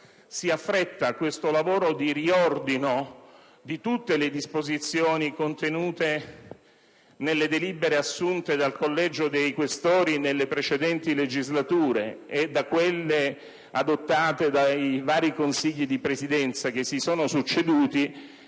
affrettare questo lavoro di riordino di tutte le disposizioni contenute nelle delibere assunte dal Collegio dei Questori nelle precedenti legislature e di quelle adottate dai vari Consigli di Presidenza che si sono succeduti,